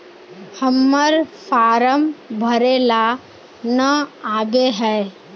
हम्मर फारम भरे ला न आबेहय?